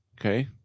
Okay